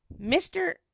mr